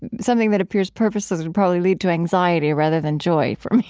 something that appears purposeless would probably lead to anxiety rather than joy for me